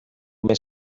més